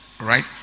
right